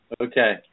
Okay